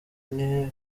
nti